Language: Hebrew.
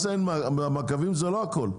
מעקבים זה לא הכול.